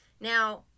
Now